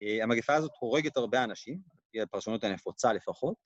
המגפה הזאת הורגת הרבה אנשים, לפי הפרשנות הנפוצה לפחות.